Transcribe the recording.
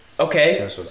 Okay